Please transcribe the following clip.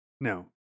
no